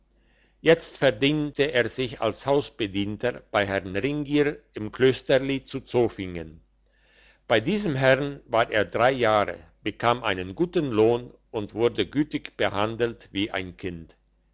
jetzt verdingte er sich als hausbedienter bei herrn ringier im klösterli zu zofingen bei diesem herrn war er drei jahre bekam einen guten lohn und wurde gütig behandelt wie ein kind